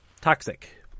Toxic